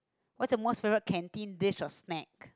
what is the most favourite canteen dish or snacks